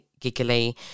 giggly